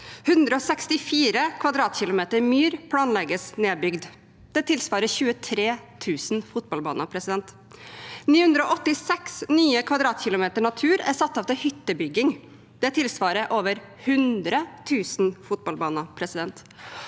164 km[2] myr planlegges nedbygd, det tilsvarer 23 000 fotballbaner. 986 nye km[2] natur er satt av til hyttebygging. Det tilsva rer over 100 000 fotballbaner.